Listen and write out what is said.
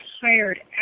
hired